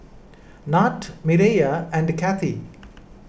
Nat Mireya and Kathey